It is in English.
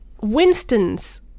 Winston's